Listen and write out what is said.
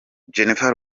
jennifer